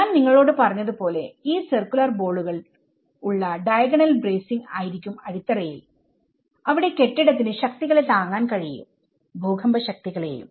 ഞാൻ നിങ്ങളോട് പറഞ്ഞതുപോലെ ഈ സർക്കുലർ ബോളുകൾ ഉള്ള ഡയഗണൽ ബ്രേസിങ് ആയിരിക്കും അടിത്തറയിൽ അവിടെ കെട്ടിടത്തിന് ശക്തികളെ താങ്ങാൻ കഴിയും ഭൂകമ്പ ശക്തികളെയും